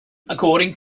according